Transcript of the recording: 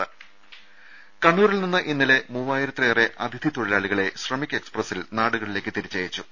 രുദ കണ്ണൂരിൽ നിന്ന് ഇന്നലെ മൂവ്വായിരത്തിലേറെ അതിഥി തൊഴിലാളികളെ ശ്രമിക് എക്സ്പ്രസിൽ നാടുകളിലേക്ക് തിരിച്ചയച്ചു